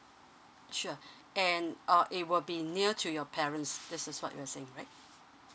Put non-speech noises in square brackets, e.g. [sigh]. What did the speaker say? sure [breath] and uh it will be near to your parents this is what you were saying right